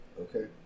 Okay